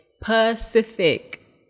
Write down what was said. Pacific